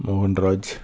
Mohanraj